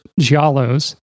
giallos